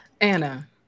Anna